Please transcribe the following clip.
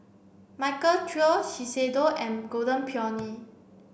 Michael Trio Shiseido and Golden Peony